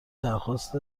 درخواست